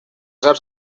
saps